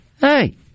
hey